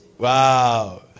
Wow